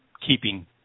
keeping